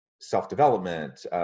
self-development